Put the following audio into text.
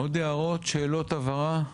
עוד הערות, שאלות הבהרה?